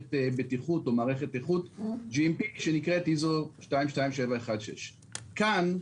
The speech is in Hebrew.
מערכת בטיחות או מערכת איכות שנקראת איזו 22716. כאן,